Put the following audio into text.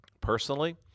Personally